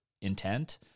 intent